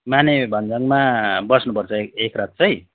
माने भन्ज्याङमा बस्नुपर्छ एक एक रात चाहिँ